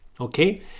okay